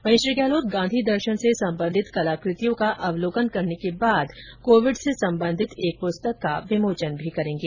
वहीं श्री गहलोत गांधी दर्शन से संबंधित कलाकृतियों का अवलोकन करने के बाद कोविड से संबंधित एक प्रस्तक का विमोचन करेंगे